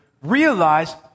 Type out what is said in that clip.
realize